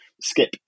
Skip